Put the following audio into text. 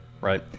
right